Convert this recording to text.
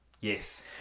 Yes